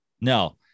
No